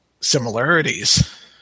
similarities